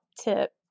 tip